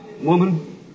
Woman